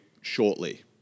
shortly